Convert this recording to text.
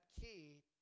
key